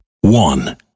one